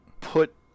put –